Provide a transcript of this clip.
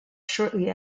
shortly